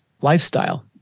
lifestyle